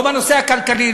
לא בנושא הכלכלי,